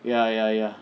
ya ya ya